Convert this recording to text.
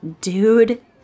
Dude